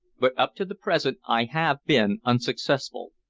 but up to the present i have been unsuccessful,